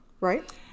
right